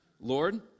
Lord